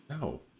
No